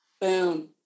boom